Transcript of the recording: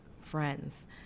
friends